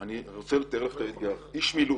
אני רוצה לתאר לך את האתגר: איש מילואים